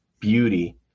beauty